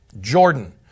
Jordan